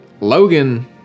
Logan